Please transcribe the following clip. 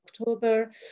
October